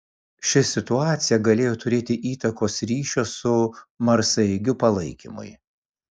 ši situacija galėjo turėti įtakos ryšio su marsaeigiu palaikymui